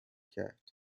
کرد